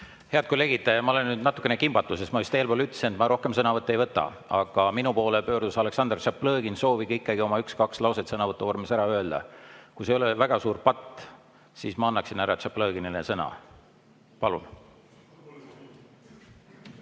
Head kolleegid, ma olen nüüd natukene kimbatuses. Ma eespool ütlesin, et ma rohkem sõnavõtte ei võta, aga minu poole pöördus Aleksandr Tšaplõgin sooviga ikkagi oma üks-kaks lauset sõnavõtuvormis ära öelda. Kui see ei ole väga suur patt, siis ma annaksin härra Tšaplõginile sõna. Palun!